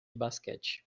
basquete